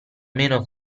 meno